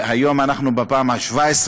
והיום אנחנו בפעם ה-17,